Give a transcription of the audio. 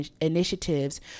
initiatives